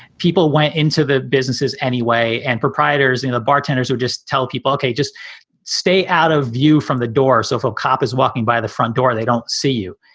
people went into the businesses anyway, and proprietors in a bartenders would just tell people, ok, just stay out of view from the door. so pro-cop is walking by the front door. they don't see you.